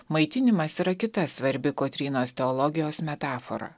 maitinimas yra kita svarbi kotrynos teologijos metafora